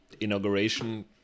inauguration